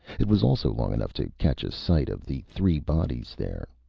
it was also long enough to catch a sight of the three bodies there.